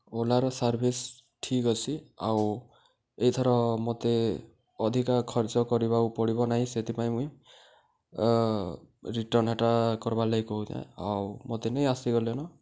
ଓଲାର service ଠିକ୍ ଅଛି ଆଉ ଏଇଥର ମତେ ଅଧିକା ଖର୍ଚ୍ଚ କରିବାକୁ ପଡ଼ିବ ନାହିଁ ସେଥିପାଇଁ ମୁଇଁ ରିଟର୍ଣ୍ଣ୍ ହେଟା କର୍ବାର୍ ଲାଗି କହୁଚେ ଆଉ ମତେ ନେଇ ଆସିଗଲେନ